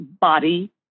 body